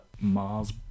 Mars